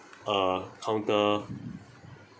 uh counter